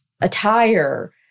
attire